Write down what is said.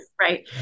Right